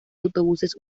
autobuses